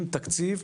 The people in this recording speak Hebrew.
עם תקציב,